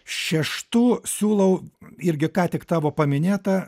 šeštu siūlau irgi ką tik tavo paminėtą